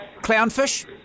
Clownfish